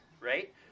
right